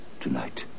tonight